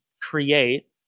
create